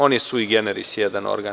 On je sui generis jedan organ.